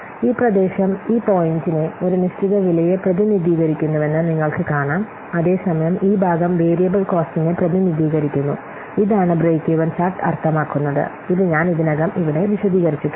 ഈ പ്രദേശം ഈ പോയിന്റിനെ ഒരു നിശ്ചിത വിലയെ പ്രതിനിധീകരിക്കുന്നുവെന്ന് നിങ്ങൾക്ക് കാണാം അതേസമയം ഈ ഭാഗം വേരിയബിൾ കോസ്റ്റിനെ പ്രതിനിധീകരിക്കുന്നു ഇതാണ് ബ്രേക്ക് ഈവൻ ചാർട്ട് അർത്ഥമാക്കുന്നത് ഇത് ഞാൻ ഇതിനകം ഇവിടെ വിശദീകരിച്ചിട്ടുണ്ട്